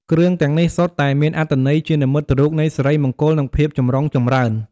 គ្រឿងទាំងនេះសុទ្ធតែមានអត្ថន័យជានិមិត្តរូបនៃសិរីមង្គល និងភាពចម្រុងចម្រើន។